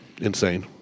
Insane